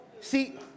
See